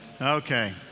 Okay